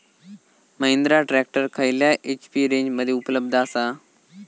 Mahindra tractor खयल्या HP रेंजमध्ये उपलब्ध आसा?